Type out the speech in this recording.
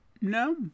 No